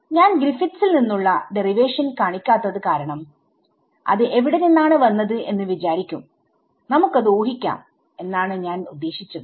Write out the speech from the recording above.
ഞാൻ ഗ്രിഫിത്സിൽGriffithsനിന്നുള്ള ഡെറിവേഷൻ കാണിക്കാത്തത് കാരണം അത് എവിടെ നിന്നാണ് വന്നത് എന്ന് വിചാരിക്കുംനമുക്കത് ഊഹിക്കാം എന്നാണ് ഞാൻ ഉദ്ദേശിച്ചത്